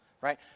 right